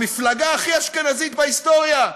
המפלגה הכי אשכנזית בהיסטוריה,